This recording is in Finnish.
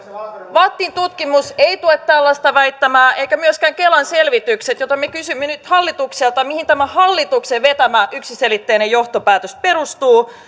vattin tutkimus ei tue tällaista väittämää eivätkä myöskään kelan selvitykset joten me kysymme nyt hallitukselta mihin tämä hallituksen vetämä yksiselitteinen johtopäätös perustuu